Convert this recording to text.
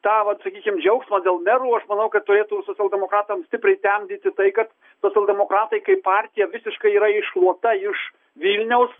tą vat sakykim džiaugsmą dėl merų aš manau kad turėtų socialdemokratams stipriai temdyti tai kad socialdemokratai kaip partija visiškai yra iššluota iš vilniaus